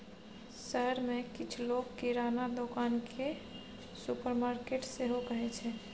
शहर मे किछ लोक किराना दोकान केँ सुपरमार्केट सेहो कहै छै